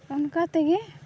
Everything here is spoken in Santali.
ᱚᱱᱠᱟ ᱛᱮᱜᱮ